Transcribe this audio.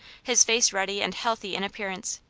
his face ruddy and healthy in appearance.